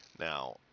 Now